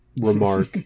remark